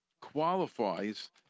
qualifies